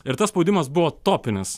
ir tas spaudimas buvo topinis